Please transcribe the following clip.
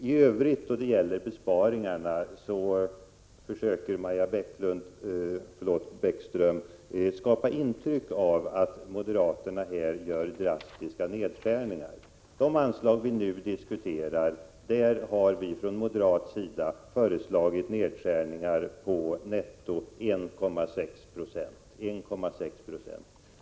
I övrigt då det gäller besparingarna försöker Maja Bäckström skapa intryck av att moderaterna gör drastiska nedskärningar. Beträffande de anslag vi nu diskuterar har vi från moderat sida föreslagit nedskärningar på netto 1,6 20.